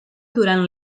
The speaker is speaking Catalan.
durant